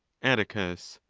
atticus.